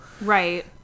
Right